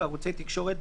בערוצי תקשורת,